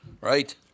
right